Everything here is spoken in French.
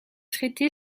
traité